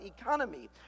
economy